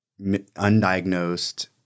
undiagnosed